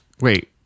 wait